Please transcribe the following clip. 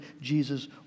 Jesus